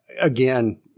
again